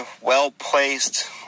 well-placed